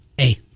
A-